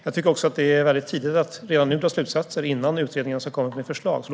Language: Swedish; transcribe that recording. Jag tycker att det är tidigt att dra slutsatser redan nu, innan utredningen ens har kommit med ett förslag.